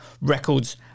record's